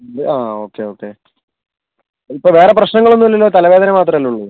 okay okay ഇപ്പോൾ വേറെ പ്രശ്നങ്ങളൊന്നും ഇല്ലല്ലോ തലവേദന മാത്രമല്ലേ ഉള്ളൂ